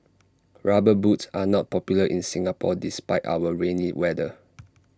rubber boots are not popular in Singapore despite our rainy weather